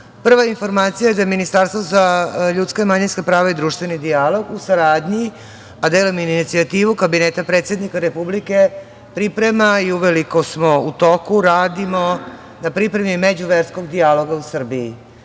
nama. Prva informacija je da Ministarstvo za ljudska i manjinska prava i društveni dijalog u saradnji, a delom inicijative Kabineta predsednika Republike, priprema i uveliko smo u toku, radimo na pripremi međuverskog dijaloga u Srbiji